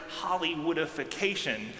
Hollywoodification